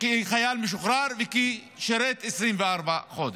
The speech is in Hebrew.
כחייל משוחרר וכאילו שירת 24 חודש.